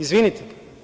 Izvinite.